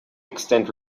extent